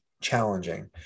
challenging